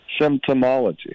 symptomology